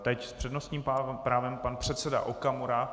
Teď s přednostním právem pan předseda Okamura.